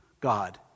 God